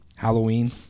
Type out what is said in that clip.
halloween